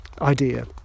idea